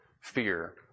fear